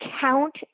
count